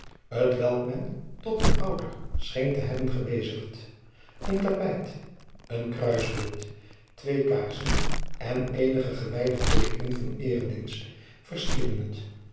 tafeltje hetwelk men tot een outer scheen te hebben gebezigd een tapijt een kruisbeeld twee kaarsen en eenige gewijde teekenen van eeredienst vercierden het